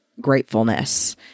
gratefulness